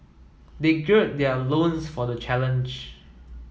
they gird their loins for the challenge